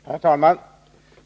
Herr talman!